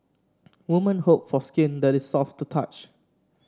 woman hope for skin that is soft to touch